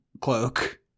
cloak